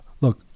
look